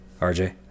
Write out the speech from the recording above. RJ